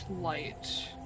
light